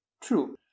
True